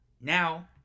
now